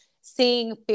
seeing